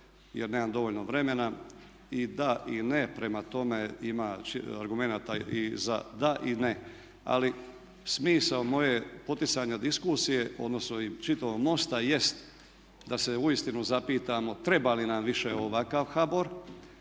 jer nemam dovoljno vremena. I da i ne. Prema tome, ima argumenata i za da i ne, ali smisao moje poticanja diskusije, odnosno i čitavog MOST-a jest da se uistinu zapitamo treba li nam više ovakav HBOR.